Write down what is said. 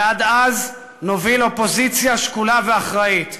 ועד אז נוביל אופוזיציה שקולה ואחראית.